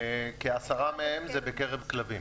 כ-10 מהם בקרב כלבים.